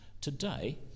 today